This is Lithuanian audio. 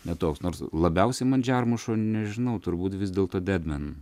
ne toks nors labiausiai man džiarmušo nežinau turbūt vis dėlto dedmen